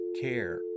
care